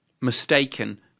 mistaken